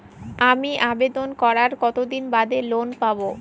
আমি আবেদন করার কতদিন বাদে লোন পাব?